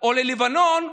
או ללבנון,